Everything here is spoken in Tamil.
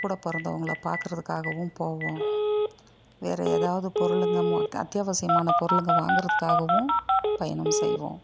கூட பிறந்தவங்கள பார்க்குறதுக்காகவும் போவோம் வேறு ஏதாவது பொருளுங்க மு அத்தியாவசியமான பொருளுங்க வாங்கிறதுக்காகவும் பயணம் செய்வோம்